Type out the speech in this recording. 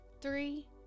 three